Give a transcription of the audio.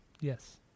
Yes